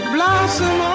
Blossom